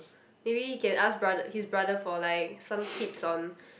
maybe you can ask brother his brother for like some tips on